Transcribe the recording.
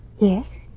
Yes